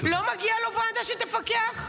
לא מגיעה לו ועדה שתפקח?